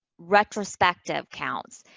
retrospective counts.